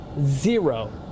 zero